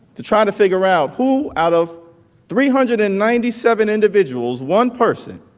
to try to figure out who out of three hundred and ninety seven individuals one person